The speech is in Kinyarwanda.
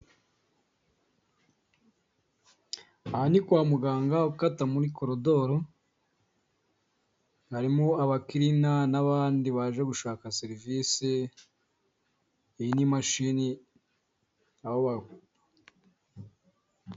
Aha ni kwa muganga ukata muri korodoro, harimo abakirina n'abandi baje gushaka service iyi n'imashini aho ba...